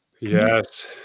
Yes